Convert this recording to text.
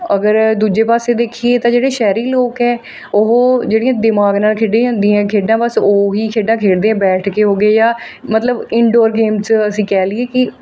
ਅਗਰ ਦੂਜੇ ਪਾਸੇ ਦੇਖੀਏ ਤਾਂ ਜਿਹੜੇ ਸ਼ਹਿਰੀ ਲੋਕ ਹੈ ਉਹ ਜਿਹੜੀਆਂ ਦਿਮਾਗ ਨਾਲ ਖੇਡੀਆਂ ਜਾਂਦੀਆਂ ਖੇਡਾਂ ਬਸ ਉਹੀ ਖੇਡਾਂ ਖੇਡਦੇ ਹੈ ਬੈਠ ਕੇ ਹੋ ਗਏ ਜਾਂ ਮਤਲਬ ਇਨਡੋਰ ਗੇਮ 'ਚ ਅਸੀਂ ਕਹਿ ਲਈਏ ਕਿ